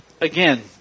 again